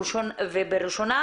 בזה.